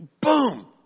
boom